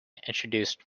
introduced